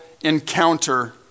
encounter